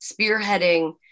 spearheading